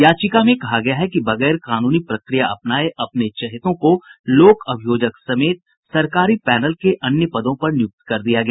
याचिका में कहा गया है कि बगैर कानूनी प्रक्रिया अपनाये अपने चहेतों को लोक अभियोजक समेत सरकारी पैनल के अन्य पदों पर नियुक्त कर दिया गया